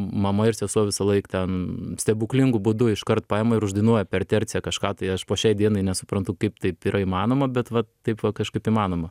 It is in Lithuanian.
mama ir sesuo visąlaik ten stebuklingu būdu iškart paima ir uždainuoja per terciją kažką tai aš po šiai dienai nesuprantu kaip taip yra įmanoma bet vat taip va kažkaip įmanoma